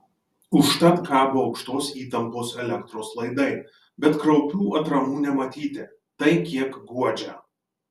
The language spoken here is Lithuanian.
užtat kabo aukštos įtampos elektros laidai bet kraupių atramų nematyti tai kiek guodžia